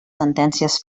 sentències